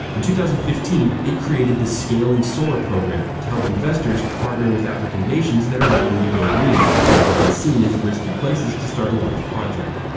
in two thousand and fifteen it created the scaling solar program to help investors partner with african nations that are looking to go green, but are often seen as risky places to start a large project.